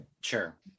Sure